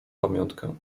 pamiątkę